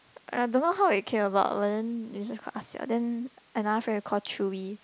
!aiya! don't know how it came about when is it called Ah Siao then another friend we call Chewy